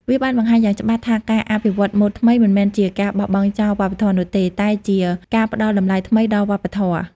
វាបានបង្ហាញយ៉ាងច្បាស់ថាការអភិវឌ្ឍម៉ូដថ្មីមិនមែនជាការបោះបង់ចោលវប្បធម៌នោះទេ តែជាការផ្តល់តម្លៃថ្មីដល់វប្បធម៌។